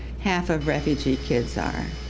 half of refugee kids are,